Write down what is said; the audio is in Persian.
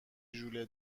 ژوله